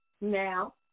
now